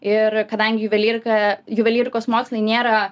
ir kadangi juvelyrika juvelyrikos mokslai nėra